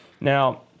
Now